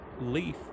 leaf